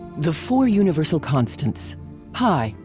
the four universal constants pi,